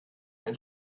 ein